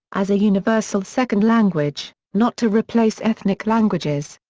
as a universal second language, not to replace ethnic languages.